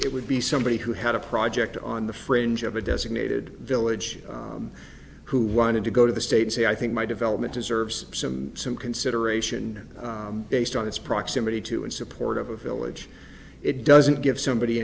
it would be somebody who had a project on the fringe of a designated village who wanted to go to the state say i think my development deserves some some consideration based on its proximity to and support of a village it doesn't give somebody